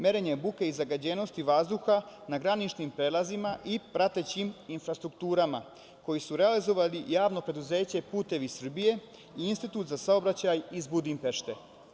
Merenje buke i zagađenosti vazduha na graničnim prelazima i pratećim infrastrukturama koji su realizovali Javno preduzeće „Putevi Srbije“ i „Institut za saobraćaj“ iz Budimpešte.